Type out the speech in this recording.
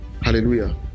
Hallelujah